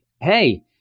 hey